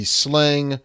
slang